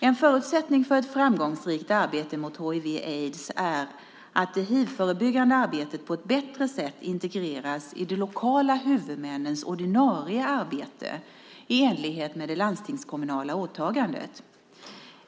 En förutsättning för ett framgångsrikt arbete mot hiv/aids är att det hivförebyggande arbetet på ett bättre sätt integreras i de lokala huvudmännens ordinarie arbete i enlighet med det landstingskommunala åtagandet.